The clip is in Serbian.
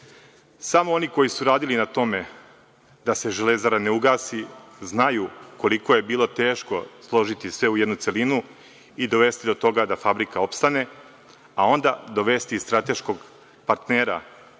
Samo oni koji su radili na tome da se „Železara“ ne ugasi znaju koliko je bilo teško složiti sve u jednu celinu i dovesti do toga da fabrika opstane, a onda dovesti strateškog partnera,